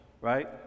right